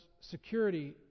security